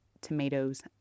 tomatoes